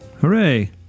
hooray